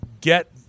get